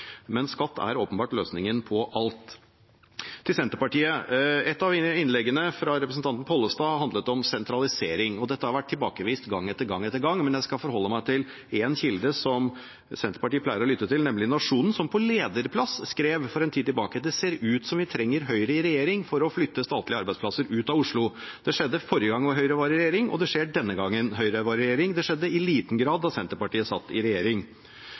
Men skatt er åpenbart løsningen på alt. Til Senterpartiet: Et av innleggene fra representanten Pollestad handlet om sentralisering. Dette har vært tilbakevist gang etter gang. Men jeg skal forholde meg til en kilde som Senterpartiet pleier å lytte til, nemlig Nationen, som på lederplass skrev for en tid tilbake at det ser ut som vi trenger Høyre i regjering for å flytte statlige arbeidsplasser ut av Oslo. Det skjedde forrige gang Høyre var i regjering, og det skjer denne gangen Høyre er i regjering. Det skjedde i liten grad da Senterpartiet satt i regjering.